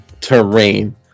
terrain